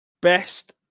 Best